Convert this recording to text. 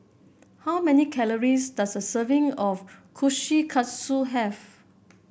how many calories does a serving of Kushikatsu have